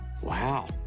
Wow